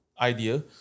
idea